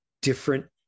different